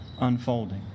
unfolding